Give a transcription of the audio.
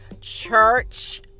church